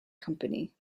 company